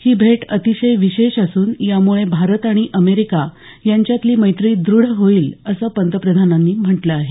ही भेट अतिशय विशेष असून यामुळे भारत आणि अमेरिका यांच्यातली मैत्री द्रढ होईल असं पंतप्रधानांनी म्हटलं आहे